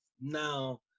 Now